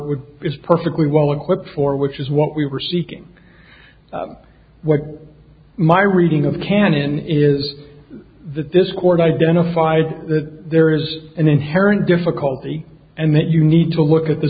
is perfectly well equipped for which is what we were seeking were my reading of canon is the dischord identified that there is an inherent difficulty and that you need to work at the